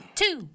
two